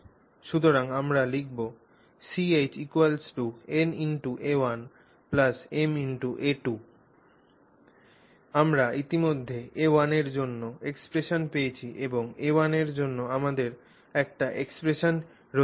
সুতরাং আমরা লিখব Ch na1ma2 আমরা ইতিমধ্যে a1 এর জন্য এক্সপ্রেশন পেয়েছি এবং a1 এর জন্য আমাদের একটি এক্সপ্রেশন রয়েছে